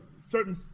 certain